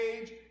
age